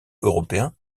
européen